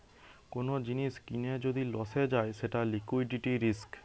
কোন জিনিস কিনে যদি লসে যায় সেটা লিকুইডিটি রিস্ক